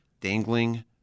dangling